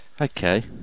Okay